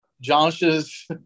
Josh's